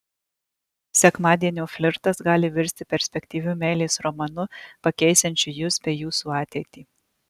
sekmadienio flirtas gali virsti perspektyviu meilės romanu pakeisiančiu jus bei jūsų ateitį